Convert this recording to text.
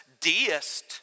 deist